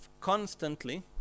constantly